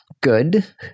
good